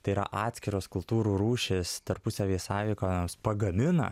tai yra atskiros kultūrų rūšys tarpusavyje sąveikaujamos pagamina